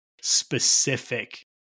specific